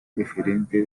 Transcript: preferente